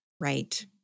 Right